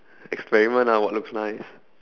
experiment ah what looks nice